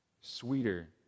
Sweeter